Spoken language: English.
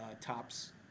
tops